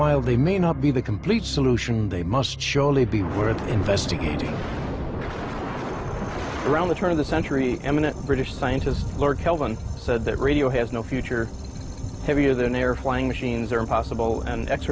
while they may not be the complete solution they must surely be worth investigating around the turn of the century eminent british scientist lord kelvin said that radio has no future heavier than air flying machines are impossible and x